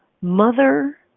mother